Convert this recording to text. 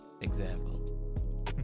example